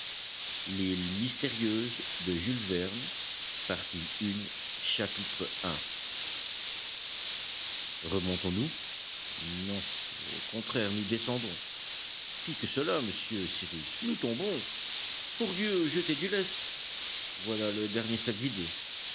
l'air chapitre i remontons nous non au contraire nous descendons pis que cela monsieur cyrus nous tombons pour dieu jetez du lest voilà le dernier sac vidé